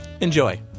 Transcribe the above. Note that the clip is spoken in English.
Enjoy